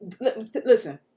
Listen